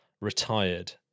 retired